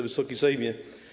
Wysoki Sejmie!